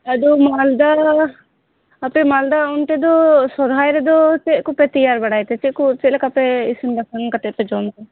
ᱟᱫᱚ ᱢᱟᱞᱫᱟ ᱟᱯᱮ ᱢᱟᱞᱫᱟ ᱚᱱᱛᱮ ᱫᱚ ᱥᱚᱨᱦᱟᱭ ᱨᱮᱫᱚ ᱪᱮᱫ ᱠᱚᱯᱮ ᱛᱮᱭᱟᱨ ᱵᱟᱲᱟᱭ ᱛᱮ ᱪᱮᱫ ᱠᱚ ᱪᱮᱫ ᱞᱮᱠᱟᱯᱮ ᱤᱥᱤᱱ ᱵᱟᱥᱟᱝ ᱠᱟᱛᱮᱫ ᱯᱮ ᱡᱚᱢ ᱜᱮᱭᱟ